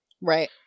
right